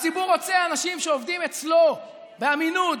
הציבור רוצה אנשים שעובדים אצלו באמינות,